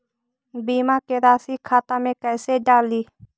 बीमा के रासी खाता में कैसे डाली?